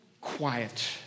quiet